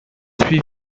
suivi